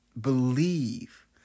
believe